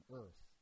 earth